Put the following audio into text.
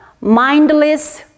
mindless